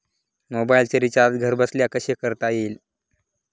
मोबाइलचे रिचार्ज घरबसल्या कसे करता येईल?